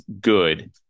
good